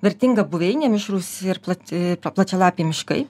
vertinga buveinė mišrūs ir plat e plačialapiai miškai